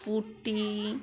পুটি